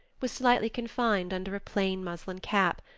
was slightly confined under a plain muslin cap,